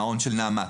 במעון של נעמת,